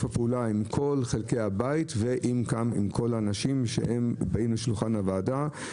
הפעולה עם כל חלקי הבית ועם האנשים שבאים לשולחן הוועדה.